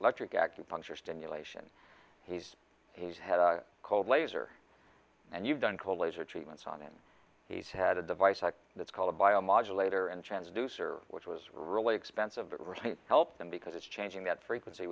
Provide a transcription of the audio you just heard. electric acupuncture stimulation he's he's had a cold laser and you've done cold laser treatments on him he's had a device that's called a bio modulator and transducer which was really expensive that really helped him because it's changing that frequency